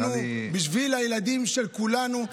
בשביל הילדים של כולנו,